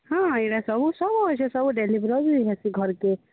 ହଁ ଏଟା ସବୁ ସବୁ ଅଛେ ସବୁ ଡେଲିଭରି ହେସି ଘରକେ